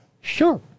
Sure